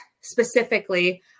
specifically